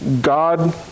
God